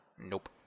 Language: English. Nope